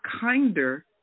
kinder